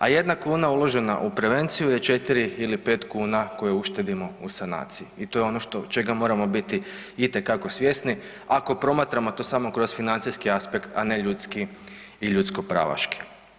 A jedna kuna uložena u prevenciju je 4 ili 5 kuna koje uštedimo u sanaciji i to je ono čega moramo biti itekako svjesni ako promatramo to samo kroz financijski aspekt, a ne ljudski i ljudsko pravaški.